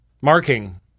marking